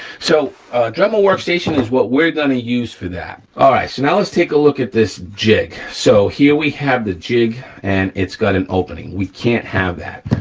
so dremel workstation is what we're gonna use for that. all right, so now let's take a look at this jig. so here we have the jig and it's got an opening, we can't have that.